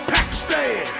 Pakistan